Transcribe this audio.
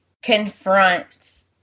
Confronts